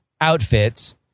outfits